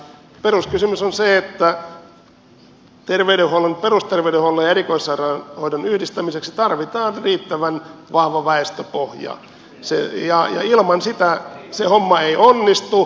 peruskysymys on se että perusterveydenhuollon ja erikoissairaanhoidon yhdistämiseksi tarvitaan riittävän vahva väestöpohja ilman sitä se homma ei onnistu